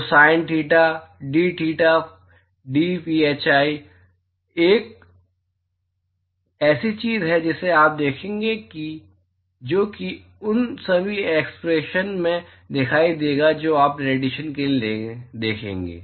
तो sin theta dtheta dphi एक ऐसी चीज है जिसे आप देखेंगे जो कि उन सभी एक्सप्रेशन में दिखाई देगी जो आप रेडिएशन के लिए देखेंगे